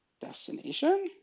destination